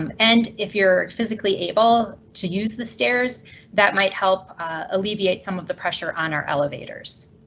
um and if you're physically able to use the stairs that might help alleviate some of the pressure on our elevators.